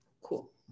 cool